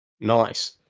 Nice